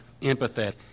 empathetic